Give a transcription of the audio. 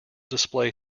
display